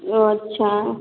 ओ अच्छा